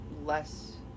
less